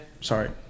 sorry